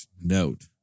note